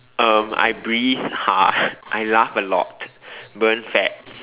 uh I breathe hard I laugh a lot burn fat